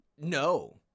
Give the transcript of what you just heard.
No